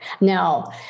Now